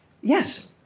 Yes